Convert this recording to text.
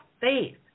faith